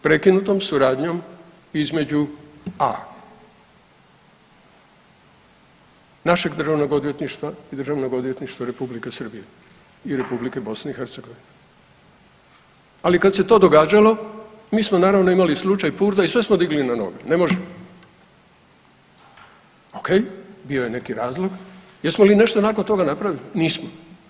Prekinutom suradnjom između a) našeg državnog odvjetništva i Državnog odvjetništva Republike Srbije i Republike BiH, ali kad se to događalo mi smo naravno imali slučaj Purda i sve smo digli na noge, ne može, ok, bio je neki razlog, jesmo li nešto nakon toga napravili, nismo.